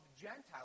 Gentiles